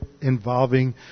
involving